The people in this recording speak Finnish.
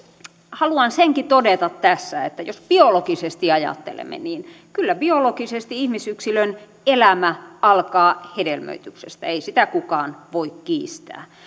haluan senkin todeta tässä että jos biologisesti ajattelemme niin kyllä biologisesti ihmisyksilön elämä alkaa hedelmöityksestä ei sitä kukaan voi kiistää